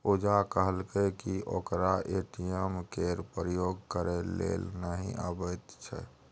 पुजा कहलकै कि ओकरा ए.टी.एम केर प्रयोग करय लेल नहि अबैत छै